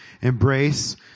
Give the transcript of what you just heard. embrace